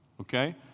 Okay